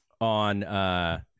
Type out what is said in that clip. on